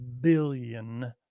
billion